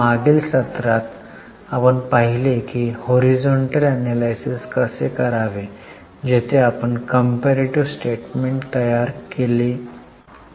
मागील सत्रात आपण पाहिले आहे की हॉरिझॉन्टल एनलायसिस कसे करावे जेथे आपण कंपेरीटीव्ह स्टेटमेंट तयार केले आहे